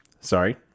sorry